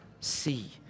see